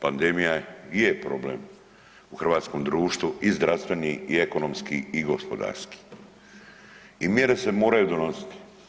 Pandemija je problem u hrvatskom društvu i zdravstveni i ekonomski i gospodarski i mjere se moraju donositi.